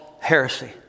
heresy